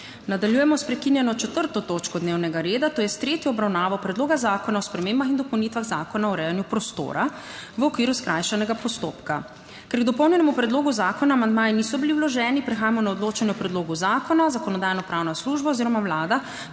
Nadaljujemo **prekinjeno 4. točko dnevnega reda - tretja obravnava Predloga zakona o spremembah in dopolnitvah Zakona o urejanju prostora, skrajšani postopek.** Ker k dopolnjenemu predlogu zakona amandmaji niso bili vloženi, prehajamo na odločanje o predlogu zakona. Zakonodajno-pravna služba oziroma Vlada